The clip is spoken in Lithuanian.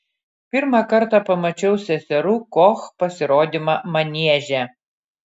pirmą kartą pamačiau seserų koch pasirodymą manieže